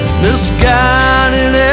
misguided